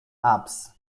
ups